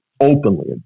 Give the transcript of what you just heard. openly